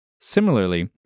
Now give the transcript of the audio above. Similarly